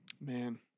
man